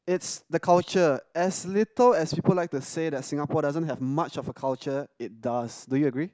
it's the culture as little as people like to say that Singapore doesn't have much of a culture it does do you agree